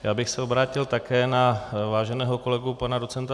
Já bych se obrátil také na váženého kolegu pana doc.